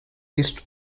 east